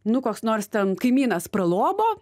nu koks nors ten kaimynas pralobo